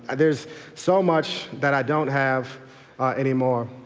and there's so much that i don't have anymore.